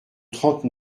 trente